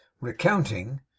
recounting